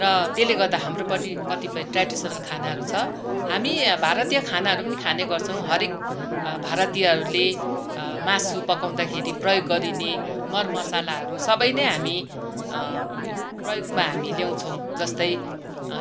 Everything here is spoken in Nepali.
र त्यसले गर्दा हाम्रो पनि कतिपय ट्रेडिसनल खानाहरू छ हामी भारतीय खानाहरू पनि खाने गर्छौँ हरेक भारतीयहरूले मासु पकाउँदाखेरि प्रयोग गरिने मरमसलाहरू सबै नै हामी प्रयोगमा हामी ल्याउँछौँ जस्तै